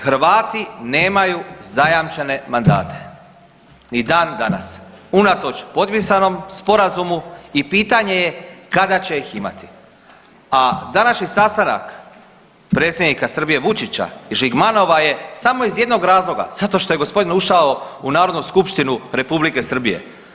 Hrvati nemaju zajamčene mandate ni dan danas unatoč potpisanom sporazumu i pitanje je kada će ih imati, a današnji sastanak predsjednika Srbije Vučića i Žigmanova je samo iz jednog razloga, zato što je gospodin ušao u Narodnu skupštinu Republike Srbije.